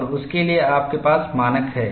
और उसके लिए आपके पास मानक हैं